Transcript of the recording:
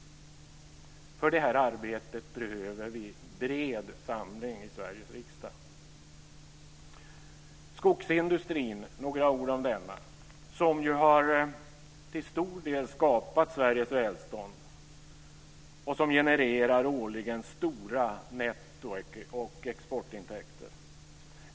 För det här arbetet behöver vi en bred samling i Sveriges riksdag. Låt mig säga några ord om skogsindustrin. Den har till stor del skapat Sveriges välstånd, och den genererar årligen stora netto och exportintäkter.